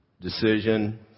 decision